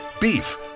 Beef